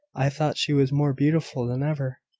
i thought she was more beautiful than ever.